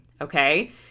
okay